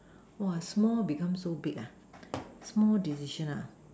small become so big small decision